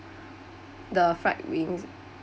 the fried wings